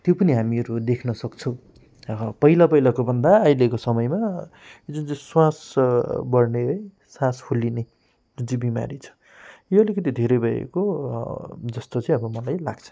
त्यो पनि हामीहरू देख्नसक्छौँ पहिला पहिलाको भन्दा अहिलेको समयमा जुन चाहिँ स्वास बढ्ने है सास फुलिने जुन चाहिँ बिमारी छ यो अलिकति धेरै भएको जस्तो चाहिँ अब मलाई लाग्छ